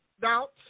doubts